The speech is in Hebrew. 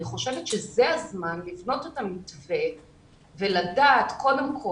אני חושבת שזה הזמן לבנות את המתווה וקודם כל